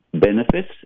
benefits